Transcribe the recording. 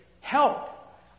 Help